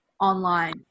online